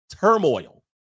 turmoil